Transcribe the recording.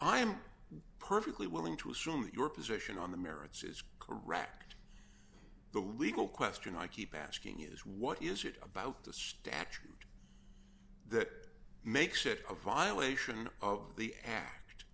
am perfectly willing to assume that your position on the merits is correct the legal question i keep asking is what is it about the statute that makes it a violation of the a